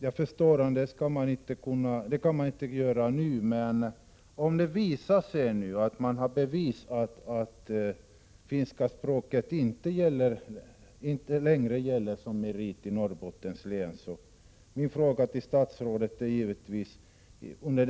Jag förstår att man inte kan göra ett sådant tillägg nu, men om man skulle finna bevis för att finska språket inte längre gäller som merit i Norrbottens län kanske det blir nödvändigt med ett tillägg.